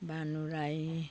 Bhanu Rai